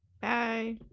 bye